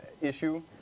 issue